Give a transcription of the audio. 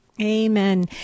Amen